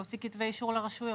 להוציא כתבי אישור לרשויות.